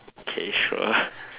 okay sure